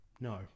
No